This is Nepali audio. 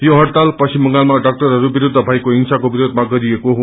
यो हड़ताल पश्चिम बंगालमा डाक्अरहरू विरूद्ध भएको हिंसाको विरोधमा गरिएको हो